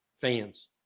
fans